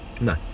No